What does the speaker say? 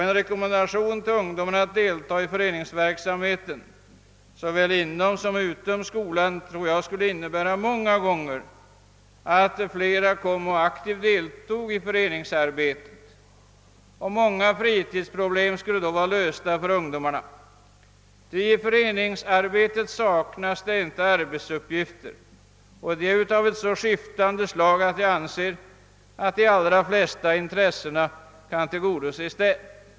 En rekommendation till ungdomarna att delta i föreningsverksamhet, såväl inom som utom skolan, skulle innebära att fler ungdomar aktivt deltog i föreningsarbete. Många fritidsproblem skulle då vara lösta, ty i föreningsarbetet saknas det inte arbetsuppgifter, och de är av så skiftande slag att de allra flesta intressen kan tillgodoses.